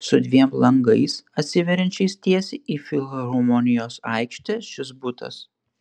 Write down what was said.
su dviem langais atsiveriančiais tiesiai į filharmonijos aikštę šis butas